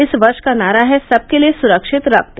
इस वर्ष का नारा है सबके लिए सुरक्षित रक्त